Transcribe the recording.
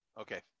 Okay